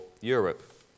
Europe